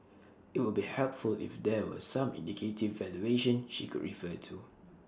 IT would be helpful if there were some indicative valuation she could refer to